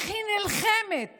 נלחמת